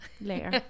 Later